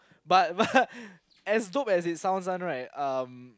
but but as dope as it sounds [one] right um